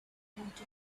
wanted